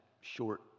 short